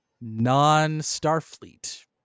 non-Starfleet